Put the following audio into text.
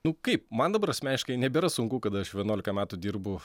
nu kaip man dabar asmeniškai nebėra sunku kada aš vienuolika metų dirbu